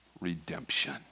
redemption